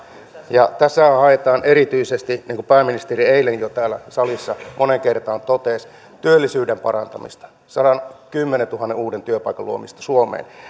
ja tässähän haetaan erityisesti niin kun pääministeri eilen jo täällä salissa moneen kertaan totesi työllisyyden parantamista sadankymmenentuhannen uuden työpaikan luomista suomeen